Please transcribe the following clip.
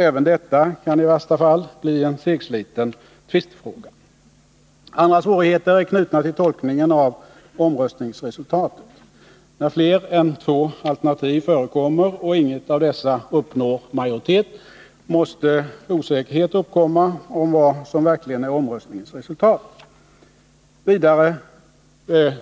Även detta kan bli en segsliten tvistefråga. Andra svårigheter är knutna till tolkningen av omröstningsresultatet. När fler än två alternativ förekommer och inget av dessa uppnår majoritet måste osäkerhet uppkomma om vad som verkligen är omröstningens resultat. Vidare